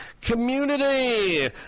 community